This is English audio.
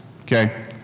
Okay